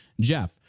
Jeff